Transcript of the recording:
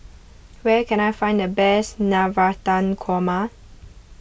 where can I find the best Navratan Korma